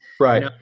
Right